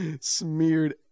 smeared